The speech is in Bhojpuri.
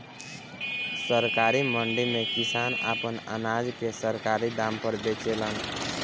सरकारी मंडी में किसान आपन अनाज के सरकारी दाम पर बेचेलन